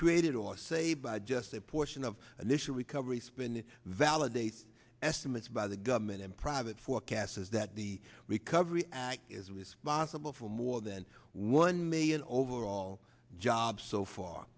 created or saved by just a portion of initial recovery spin validate estimates by the government and private forecasters that the recovery act is responsible for more than one million overall job so far